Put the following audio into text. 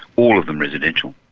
all of them residential.